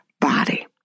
body